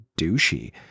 douchey